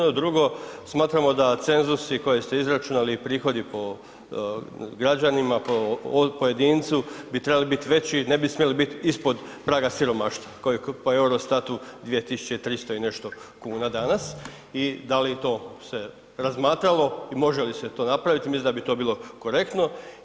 A drugo, smatramo da cenzusi koje ste izračunali i prihodi po građanima, po pojedincu bi trebali biti veći, ne bi smjeli biti ispod praga siromaštva, koji je po Eurostatu 2300 i nešto kuna dana i da li to se razmatralo i može li se to napraviti, mislim da bi to bilo korektno.